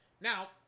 Now